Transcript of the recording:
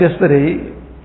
yesterday